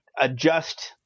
adjust